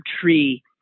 tree